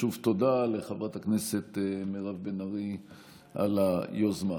ושוב תודה לחברת הכנסת מירב בן ארי על היוזמה.